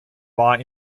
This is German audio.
war